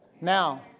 Now